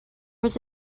was